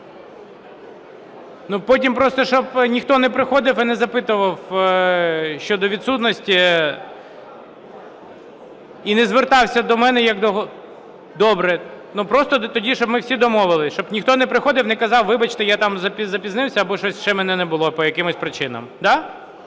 Потім просто щоб ніхто не приходив і не запитував щодо відсутності, і не звертався до мене як… Добре. Ну, просто тоді щоб ми всі домовились, щоб ніхто не приходив, не казав "вибачте, я там запізнився", або щось ще, "мене не було по якимось причинам". Да?